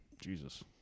Jesus